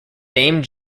dame